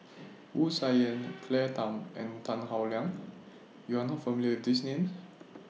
Wu Tsai Yen Claire Tham and Tan Howe Liang YOU Are not familiar with These Names